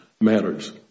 matters